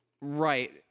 right